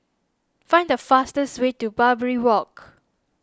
find the fastest way to Barbary Walk